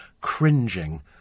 cringing